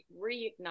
reignite